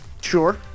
Sure